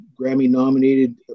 Grammy-nominated